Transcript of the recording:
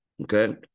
Okay